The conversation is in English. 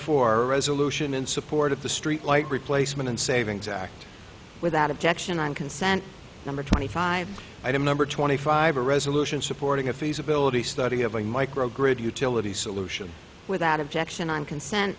four resolute support of the streetlight replacement and savings act without objection on consent number twenty five item number twenty five a resolution supporting a feasibility study of an micro grid utility solution without objection on consent